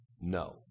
no